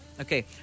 Okay